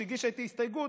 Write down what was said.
שהגישה איתי הסתייגות,